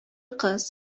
кыз